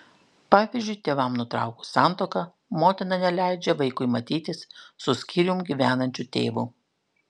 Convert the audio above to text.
pavyzdžiui tėvams nutraukus santuoką motina neleidžia vaikui matytis su skyrium gyvenančiu tėvu